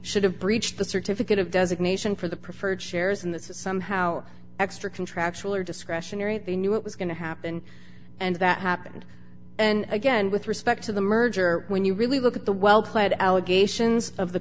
should have breached the certificate of designation for the preferred shares and this is somehow extra contractual or discretionary and they knew it was going to happen and that happened and again with respect to the merger when you really look at the well played allegations of the